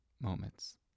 moments